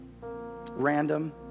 random